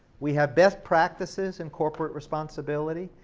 we have best practices in corporate responsibility.